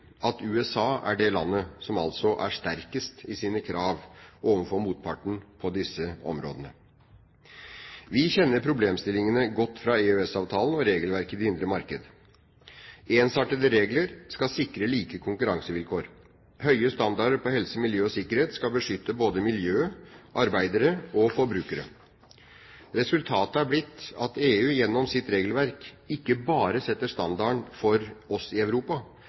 at USA er det landet som altså er sterkest i sine krav overfor motparten på disse områdene. Vi kjenner problemstillingen godt fra EØS-avtalen og regelverket i det indre marked. Ensartede regler skal sikre like konkurransevilkår. Høye standarder for helse, miljø og sikkerhet skal beskytte både miljøet, arbeidere og forbrukere. Resultatet er blitt at EU gjennom sitt regelverk ikke bare setter standarden for oss i Europa,